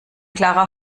klarer